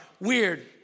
weird